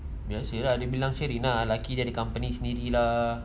biasa dia bilang sharing lah lelaki dia kat company sendiri